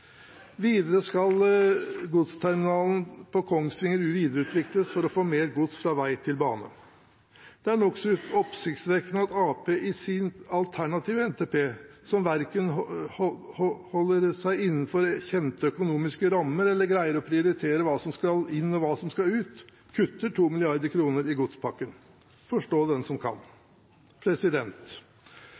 Videre skal godsterminalen på Kongsvinger videreutvikles for å få mer gods fra vei til bane. Det er nokså oppsiktsvekkende at Arbeiderpartiet i sin alternative NTP – som verken holder seg innenfor kjente økonomiske rammer eller greier å prioritere hva som skal inn, og hva som skal ut – kutter 2 mrd. kr i godspakken. Forstå det den som kan.